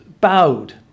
bowed